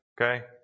Okay